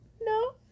No